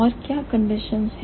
और क्या कंडीशनज हैं